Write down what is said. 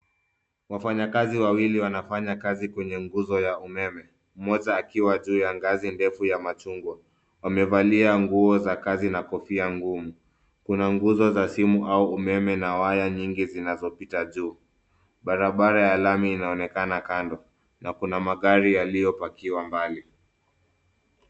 Wafanyakazi wawili wanafanya kazi kwenye nguzo ya umeme mmoja akiwa juu ya ngazi ndefu ya machungwa. Wamevalia nguo za kazi na kofia ngumu. Kuna nguzo za simu au umeme na waya nyingi zinazopita juu. Barabara ya lami inaonekana kando na kuna magari yaliyopakiwa mbali.